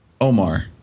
Omar